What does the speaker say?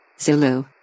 Zulu